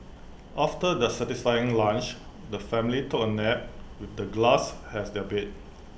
after their satisfying lunch the family took A nap with the grass as their bed